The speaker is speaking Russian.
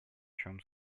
чем